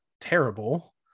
terrible